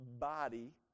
body